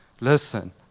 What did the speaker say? listen